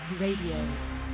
Radio